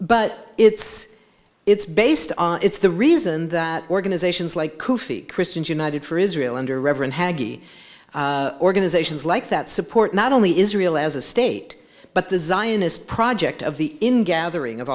but it's it's based on it's the reason that organizations like koofi christians united for israel under reverend hagi organizations like that support not only israel as a state but the zionist project of the in gathering of